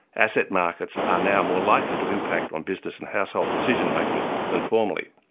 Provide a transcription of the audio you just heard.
asset markets are now more likely to impact on business and household decision-making than formerly.